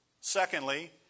Secondly